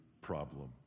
problem